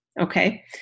okay